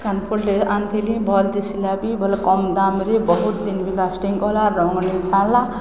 କାନଫୁଲଟେ ଆଣିଥିଲି ଭଲ ଦେଖାଗଲା ବି ଭଲ କମ ଦାମରେ ବହୁତ ଦିନ ବି ଲାଷ୍ଟିଙ୍ଗ କଲା ରଙ୍ଗ ଛାଡ଼ିଲାନି